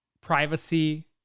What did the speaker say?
privacy